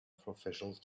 professional